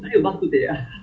ya then